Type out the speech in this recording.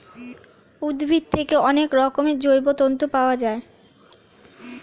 উদ্ভিদ থেকে অনেক রকমের জৈব তন্তু পাওয়া যায়